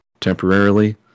temporarily